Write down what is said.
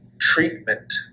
treatment